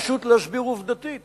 פשוט להסביר עובדתית